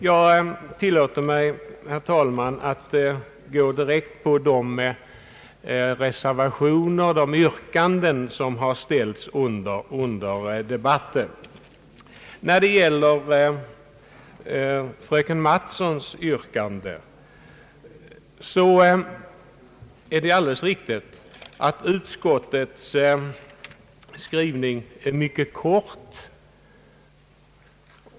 Jag tillåter mig, herr talman, att gå direkt på de yrkanden som förekommit under debatten. Fröken Mattson har alldeles rätt i sin åsikt att utskottets skrivning är mycket kort.